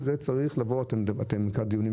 ראינו מה קרה בחול המועד סוכות במזרח ירושלים,